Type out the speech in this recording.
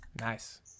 Nice